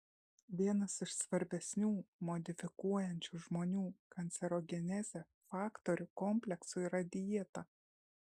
vienas iš svarbesnių modifikuojančių žmonių kancerogenezę faktorių kompleksų yra dieta